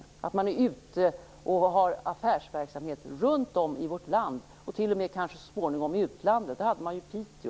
Skall man vara ute och ha affärsverksamhet runt om i vårt land och t.o.m. så småningom kanske i utlandet? Det hade Piteå.